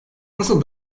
nasıl